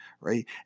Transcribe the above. right